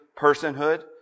personhood